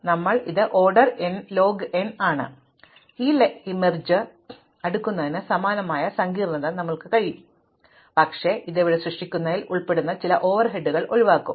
അതിനാൽ ഇത് ലയനം അടുക്കുന്നതിന് സമാനമായ സങ്കീർണ്ണത ഞങ്ങൾക്ക് നൽകും പക്ഷേ ഇത് അധിക ഇടം സൃഷ്ടിക്കുന്നതിൽ ഉൾപ്പെടുന്ന ചില ഓവർഹെഡുകൾ ഒഴിവാക്കും